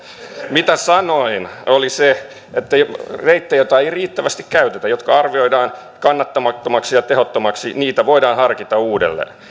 mitä sanoin oli se että reittejä joita ei riittävästi käytetä jotka arvioidaan kannattamattomiksi ja tehottomiksi voidaan harkita uudelleen